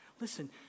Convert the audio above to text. Listen